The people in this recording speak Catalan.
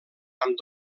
amb